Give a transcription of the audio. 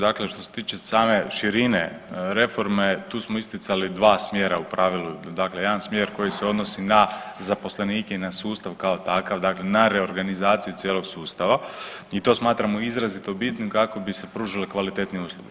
Dakle što se tiče same širine reforme, tu smo isticali 2 smjera u pravilu, dakle jedan smjer koji se odnosi na zaposlenike i na sustav kao takav, dakle na reorganizaciju cijelog sustava i to smatramo izrazito bitnim kako bi se pružale kvalitetnije usluge.